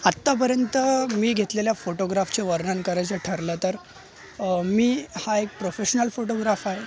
आत्तापर्यंत मी घेतलेल्या फोटोग्राफचे वर्णन करायचे ठरलं तर मी हा एक प्रोफेशनल फोटोग्राफ आहे